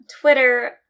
Twitter